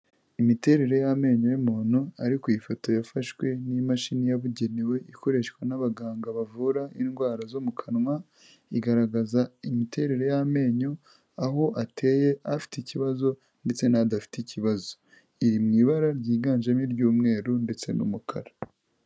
Imiterere y'amenyo y'umuntu ari ku ifoto yafashwe n'imashini yabugenewe ikoreshwa n'abaganga bavura indwara zo mu kanwa, igaragaza imiterere y'amenyo, aho ateye, afite ikibazo ndetse n'adafite ikibazo, iri mu ibara ryiganjemo iy'umweru ndetse n'umukara.